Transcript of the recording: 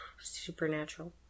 Supernatural